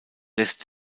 lässt